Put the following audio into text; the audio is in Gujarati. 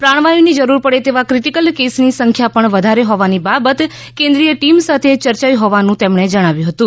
પ્રાણવાયુની જરૂર પડે તેવા ક્રીટીકલ કેસની સંખ્યા પણ વધારે હોવાની બાબત કેન્દ્રિય ટીમ સાથે ચર્ચાઇ હોવાનું તેમણે જણાવ્યુ હતું